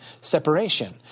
separation